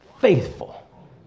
faithful